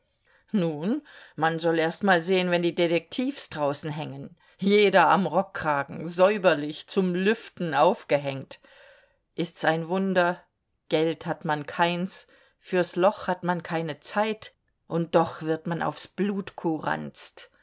nun man soll erst mal sehen wenn die detektivs draußen hängen jeder am rockkragen säuberlich zum lüften aufgehängt ist's ein wunder geld hat man keins fürs loch hat man keine zeit und doch wird man aufs blut kuranzt